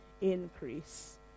increase